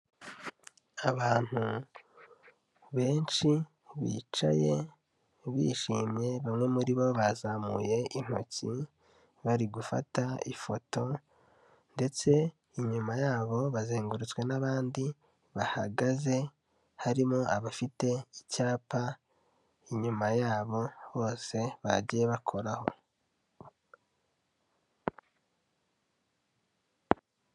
Abantu benshi bicaye bishimye, bamwe muri bo bazamuye intoki, bari gufata ifoto ndetse inyuma yabo bazengurutswe n'abandi bahagaze, harimo abafite icyapa inyuma yabo bose bagiye bakoraho.